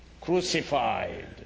Crucified